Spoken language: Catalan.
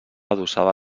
adossada